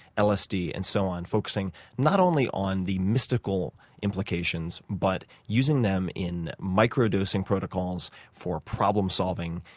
lsd and so on focusing not only on the mystical implications but using them in micro-dosing protocols for problem solving,